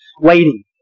waiting